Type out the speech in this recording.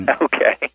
Okay